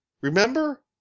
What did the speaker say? Remember